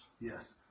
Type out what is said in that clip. Yes